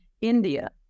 India